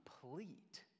complete